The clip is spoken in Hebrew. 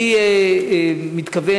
אני מתכוון,